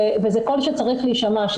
וזה קול שצריך להישמע,